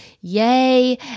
Yay